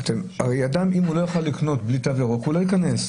אם אדם לא יכול לקנות בלי תו ירוק, הוא לא ייכנס.